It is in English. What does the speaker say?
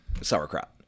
sauerkraut